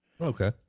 Okay